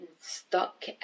stuck